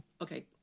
okay